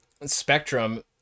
spectrum